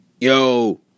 Yo